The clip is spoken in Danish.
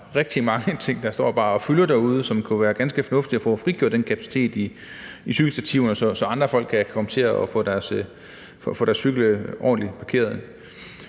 rigtig mange ting, der bare står og fylder derude, og hvor det kunne være ganske fornuftigt at prøve at frigøre den kapacitet i cykelstativerne, så andre folk kan få deres cykler ordentligt parkeret.